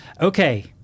Okay